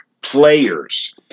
players